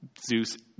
Zeus